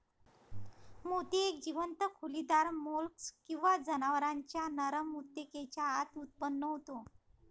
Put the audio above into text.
मोती एक जीवंत खोलीदार मोल्स्क किंवा जनावरांच्या नरम ऊतकेच्या आत उत्पन्न होतो